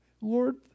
Lord